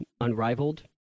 Unrivaled